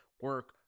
Work